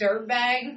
dirtbag